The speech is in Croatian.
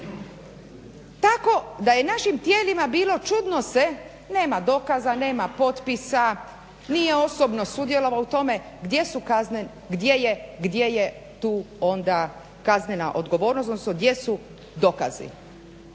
Tako da je našim tijelima bilo čudno, nema dokaza, nema potpisa, nije osobno sudjelovao u tome, gdje su kazne, gdje je tu onda kaznena odgovornost, odnosno gdje su dokazi.